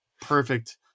perfect